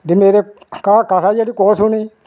ते मेरी कथा जेहड़ी कुसै सुनी